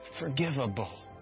forgivable